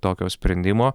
tokio sprendimo